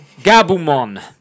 Gabumon